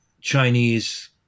Chinese